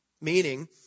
Meaning